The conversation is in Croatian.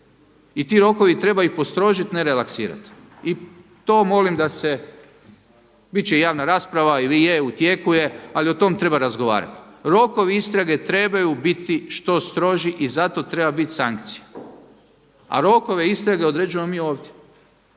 i ti rokovi treba ih postrožiti, ne relaksirati. I to molim da se, bit će javna rasprava ili je u tijeku je, ali o tom treba razgovarati. Rokovi istrage trebaju biti što stroži i zato treba bit sankcija, a rokove istrage određujemo mi ovdje.